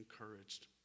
encouraged